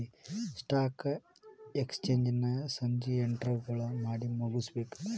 stock exchange ನ ಸಂಜಿ ಎಂಟ್ರೊಳಗಮಾಡಿಮುಗ್ಸ್ಬೇಕು